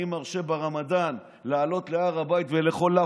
אני מרשה ברמדאן לעלות להר הבית ולאכול לאפה?